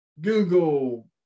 Google